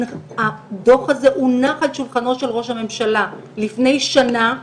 הדוח הזה הונח על שולחנו של ראש הממשלה לפני שנה,